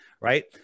right